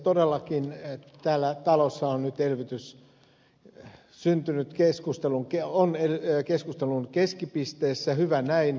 todellakin täällä talossa on nyt elvytys keskustelun keskipisteessä hyvä näin